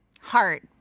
heart